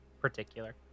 particular